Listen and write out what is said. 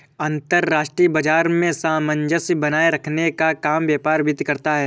अंतर्राष्ट्रीय बाजार में सामंजस्य बनाये रखने का काम व्यापार वित्त करता है